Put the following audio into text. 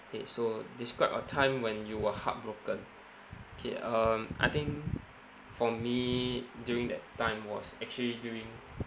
K so describe a time when you were heartbroken K um I think for me during that time was actually during